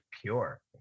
pure